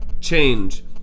change